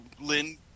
Lynn